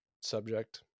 subject